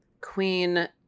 Queen